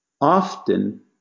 often